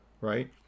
right